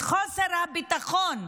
את חוסר הביטחון.